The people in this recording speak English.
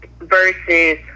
versus